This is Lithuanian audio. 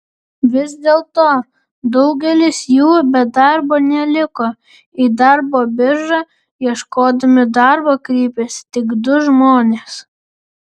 vis dėlto daugelis jų be darbo neliko į darbo biržą ieškodami darbo kreipėsi tik du žmonės